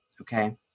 okay